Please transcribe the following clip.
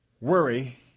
worry